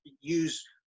use